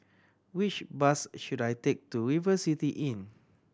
which bus should I take to River City Inn